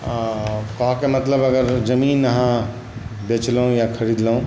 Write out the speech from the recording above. आ कहऽ के मतलब अगर जमीन अहाँ बेचलहुँ या खरीदलहुँ